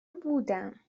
بودم